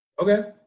Okay